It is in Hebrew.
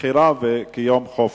בחירה כיום חופש.